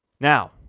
Now